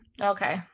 Okay